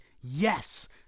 yes